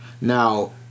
Now